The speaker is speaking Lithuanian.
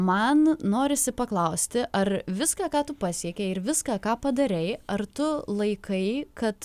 man norisi paklausti ar viską ką tu pasiekei ir viską ką padarei ar tu laikai kad